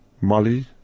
Molly